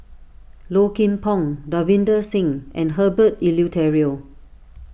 Low Kim Pong Davinder Singh and Herbert Eleuterio